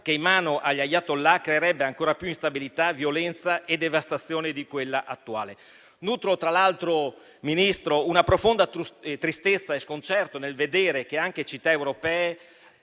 in mano agli *ayatollah* creerebbe ancora più instabilità, violenza e devastazione di quella attuale. Nutro tra l'altro, Ministro, profonda tristezza e sconcerto nel vedere che anche in città europee